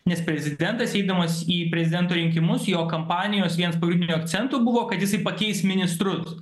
nes prezidentas eidamas į prezidento rinkimus jo kampanijos viens pagrindinių akcentų buvo kad jisai pakeis ministrus